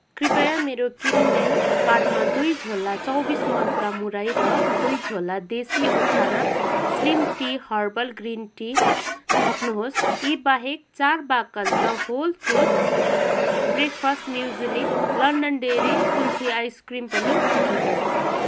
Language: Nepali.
कृपया मेरो किनमेल कार्टमा दुई झोला चौबिस मन्त्रा मुरही र दुई झोला देसी उत्थाना slim tea herbal green tea थप्नुहोस् यी बाहेक चार बाकस the whole truth breakfast muesli London dairy kulfi ice cream पनि थप्नुहोस्